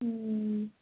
ହୁଁ